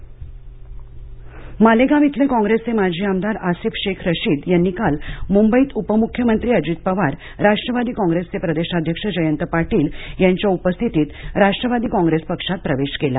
नाशिक पक्षप्रवेश मालेगाव इथले काँप्रेसचे माजी आमदार आसिफ शेख रशीद यांनी काल मुंबईत उपमुख्यमंत्री अजित पवार राष्ट्रवादी कॉप्रेसचे प्रदेशाध्यक्ष जयंत पाटील यांच्या उपस्थितीत राष्ट्रवादी काँग्रेस पक्षात प्रवेश केला